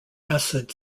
acid